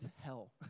hell